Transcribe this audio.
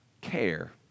care